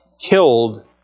killed